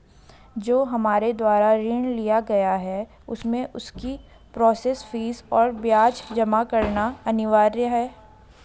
जो हमारे द्वारा ऋण लिया गया है उसमें उसकी प्रोसेस फीस और ब्याज जमा करना अनिवार्य है?